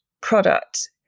product